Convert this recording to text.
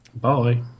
Bye